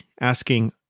asking